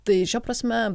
tai šia prasme